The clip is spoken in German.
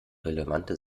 relevante